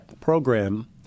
program